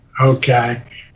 okay